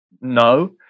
No